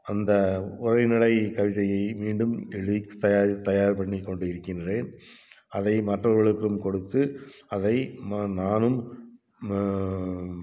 அந்த உரைநடை கவிதையை மீண்டும் எழுதி தயார் தயார் பண்ணிக்கொண்டு இருக்கின்றேன் அதை மற்றவர்களுக்கும் கொடுத்து அதை ம நானும்